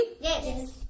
Yes